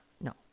no